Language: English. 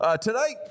tonight